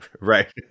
Right